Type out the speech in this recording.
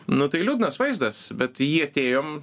nu tai liūdnas vaizdas bet į jį atėjom